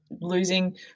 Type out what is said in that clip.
losing